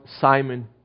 Simon